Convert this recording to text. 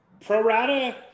prorata